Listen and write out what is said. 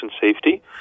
safety